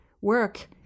work